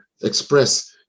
express